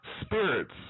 spirits